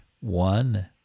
One